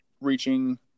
reaching